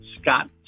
Scott